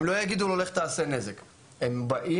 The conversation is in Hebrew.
הם לא יגידו לו, לך תעשה נזק.